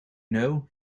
know